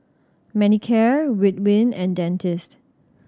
Manicare Ridwind and Dentiste